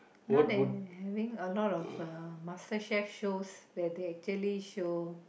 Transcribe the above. now they having a lot of uh Master Chef shows that they actually show